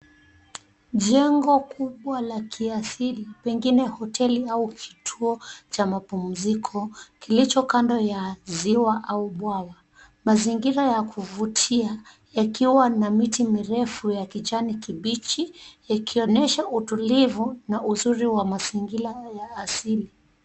Jengo kubwa la kiasili pengine hoteli au kituo cha mapumziko kilicho kando ya ziwa au bwawa. Mzingira ya kuvutia ikiwa na miti mirefu ya kijani kibichi ikionyesha utulivu na uzuri wa mazingira ya asili.